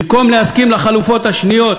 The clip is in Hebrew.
במקום להסכים לחלופות האחרות